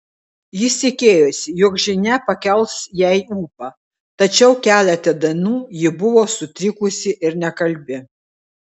jis tikėjosi jog žinia pakels jai ūpą tačiau keletą dienų ji buvo sutrikusi ir nekalbi